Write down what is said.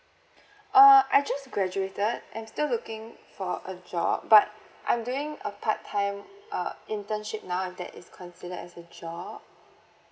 uh I just graduated I'm still looking for a job but I'm doing a part time uh internship now if that is considered as a job